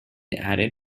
added